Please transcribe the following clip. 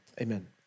Amen